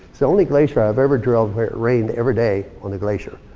it's the only glacier i've ever drilled where it rained everyday on a glacier.